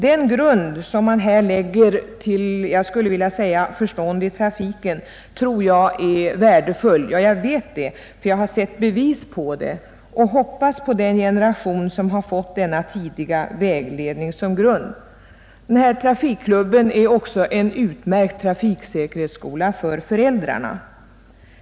Den grund som här läggs till vad jag vill kalla förstånd i trafiken är värdefull — jag har sett bevis på det — och jag hoppas mycket på den generation som fått denna tidiga vägledning. Denna trafikklubb är också en utmärkt trafiksäkerhetsskola för föräldrarna.